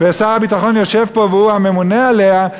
ושר הביטחון יושב פה והוא הממונה עליה,